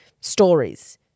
stories